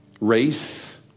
race